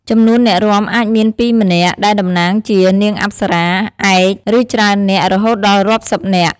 ចំនួនអ្នករាំអាចមានពីម្នាក់ ដែលតំណាងជា "នាងអប្សរា" ឯក ឬច្រើននាក់ រហូតដល់រាប់សិបនាក់។